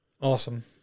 awesome